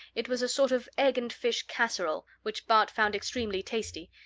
it was a sort of egg-and-fish casserole which bart found extremely tasty,